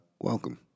Welcome